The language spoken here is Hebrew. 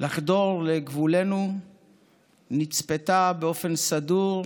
לחדור לגבולנו נצפתה באופן סדור,